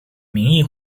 名义